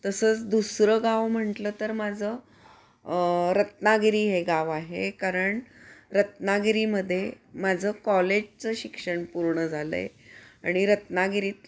तसंच दुसरं गाव म्हटलं तर माझं रत्नागिरी हे गाव आहे कारण रत्नागिरीमध्ये माझं कॉलेजचं शिक्षण पूर्ण झालं आहे आणि रत्नागिरीत